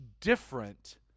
different